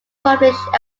published